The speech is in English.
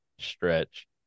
stretch